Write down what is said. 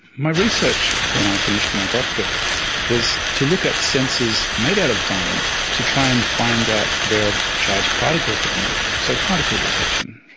my research when i finished my doctorate was to look at sensors made out of diamond to try and find out where a charged particle had moved. so, particle detection.